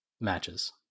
matches